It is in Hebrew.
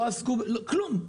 לא כלום.